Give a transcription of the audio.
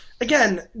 again